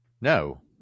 no